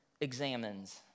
examines